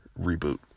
reboot